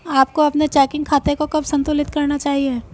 आपको अपने चेकिंग खाते को कब संतुलित करना चाहिए?